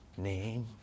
name